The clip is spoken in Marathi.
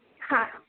हां